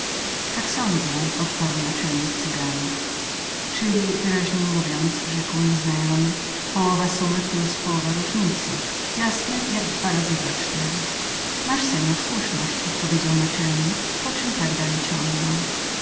tak sądzę odparł naczelnik cyganów czyli wyraźniej mówiąc rzekł nieznajomy połowa summy więcej połową różnicy jasne jak dwa razy dwa cztery masz pan słuszność odpowiedział naczelnik po czem tak dalej ciągnął